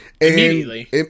immediately